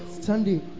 Sunday